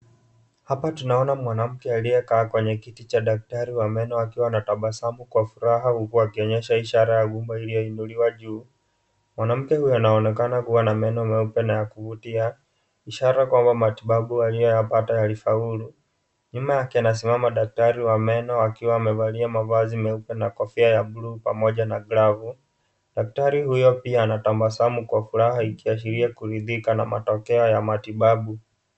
Hapa tunamwona mwanamke aliye kaa kwenye kiti cha daktari wa meno huku akitabasamu kwa furaha akionyesha ishara ya gumba iliyoinuliwa juu, mwanamke huyu anaonekana kuwa na meno meupe na ya kuvutia, ishara kwamba matibabu aliyoyapata yalifaulu, nyuma yake anasimama daktari wa meno akiwa amevalia mavazi meupe na kofia ya buluu pamoja na glavu, daktari huyo pia anatabasamu kwa furaha ikiashiria kurithika na matokeo ya matibabu.